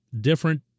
different